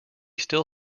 still